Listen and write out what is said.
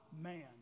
man